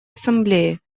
ассамблее